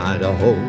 Idaho